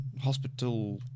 Hospital